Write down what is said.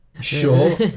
Sure